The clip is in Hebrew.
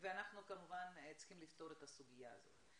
ואנחנו כמובן צריכים לפתור את הסוגיה הזו.